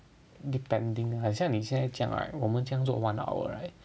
depending like 像你现在这样 right 我们这样做 one hour right